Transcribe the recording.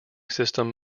system